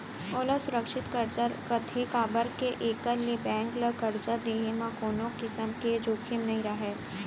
ओला सुरक्छित करजा कथें काबर के एकर ले बेंक ल करजा देहे म कोनों किसम के जोखिम नइ रहय